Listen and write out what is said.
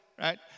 right